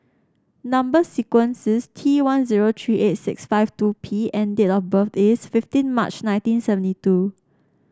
number sequence is T one zero tree eight six five two P and date of birth is fifteen March nineteen seventy two